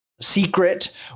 secret